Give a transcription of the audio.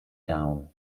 down